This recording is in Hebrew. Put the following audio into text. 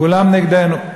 כולם נגדנו.